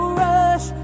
rush